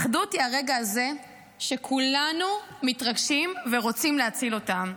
אחדות היא הרגע הזה שכולנו מתרגשים ורוצים להציל אותם.